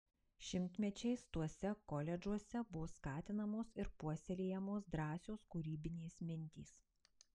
šimtmečiais tuose koledžuose buvo skatinamos ir puoselėjamos drąsios kūrybinės mintys